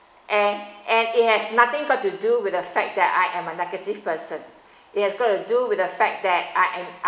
eh and it has nothing got to do with the fact that I am a negative person it has got to do with the fact that I am I